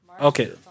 Okay